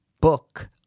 book